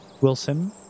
Wilson